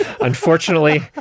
Unfortunately